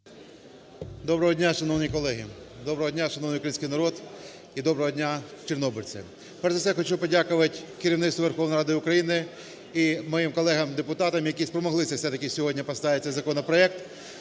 Доброго дня, шановні колеги. Доброго дня, шановний український народе. І доброго дня, чорнобильці. Перш за все я хочу подякувати керівництву Верховної Ради України і моїм колегам депутатам, які спромоглися все-таки сьогодні поставити цей законопроект